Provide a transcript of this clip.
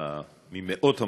אלינו ממאות המורים,